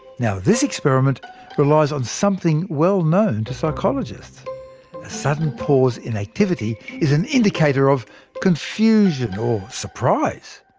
now this experiment relies on something well-known to psychologists a sudden pause in activity is an indicator of confusion or surprise.